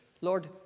Lord